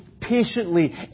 patiently